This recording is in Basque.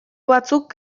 batzuk